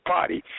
Party